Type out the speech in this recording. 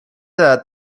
that